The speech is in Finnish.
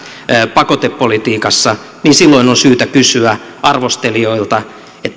pakotepolitiikassa niin silloin on syytä kysyä arvostelijoilta